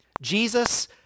Jesus